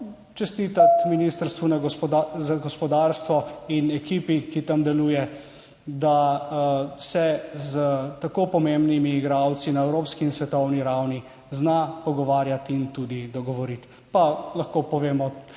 čestitati Ministrstvu za gospodarstvo in ekipi, ki tam deluje, da se s tako pomembnimi igralci na evropski in svetovni ravni zna pogovarjati in tudi dogovoriti. Pa lahko povemo,